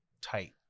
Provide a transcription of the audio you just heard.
tight